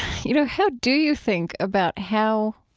you know, how do you think about how,